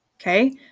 Okay